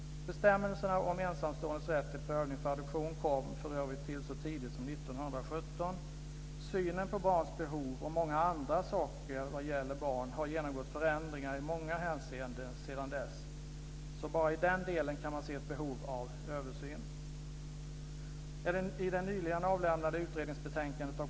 Bestämmelserna om ensamståendes rätt till prövning för adoption kom för övrigt till så tidigt som 1917. Synen på barns behov och många andra saker när det gäller barn har genomgått förändringar i många hänseenden sedan dess, så bara i den delen kan man se ett behov av översyn.